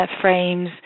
frames